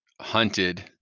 hunted